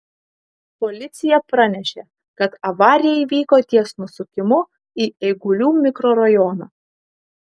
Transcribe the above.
policija pranešė kad avarija įvyko ties nusukimu į eigulių mikrorajoną